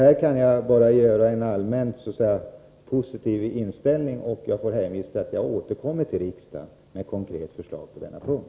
Här kan jag bara deklarera en allmänt positiv inställning. Jag får hänvisa till att jag återkommer till riksdagen med konkret förslag på denna punkt.